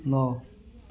ନଅ